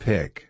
Pick